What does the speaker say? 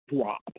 drop